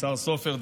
השר סופר,